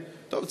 טוב,